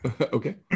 okay